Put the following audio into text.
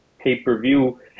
pay-per-view